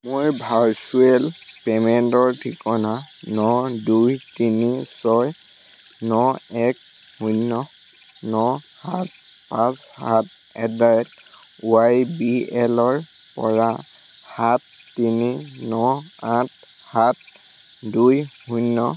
মোৰ ভাৰ্চুৱেল পে'মেণ্টৰ ঠিকনা ন দুই তিনি ছয় ন এক শূন্য ন সাত পাঁচ সাত এট দ্য় ৰেট ৱাইবিএলৰ পৰা সাত তিনি ন আঠ সাত দুই শূন্য